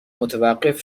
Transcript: متوقف